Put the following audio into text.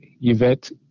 Yvette